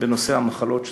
בנושא המחלות שצוינו.